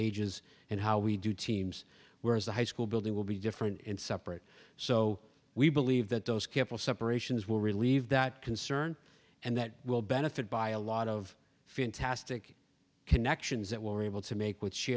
ages and how we do teams where as a high school building will be different and separate so we believe that those careful separations will relieve that concern and that will benefit by a lot of fantastic connections that we're able to make with sh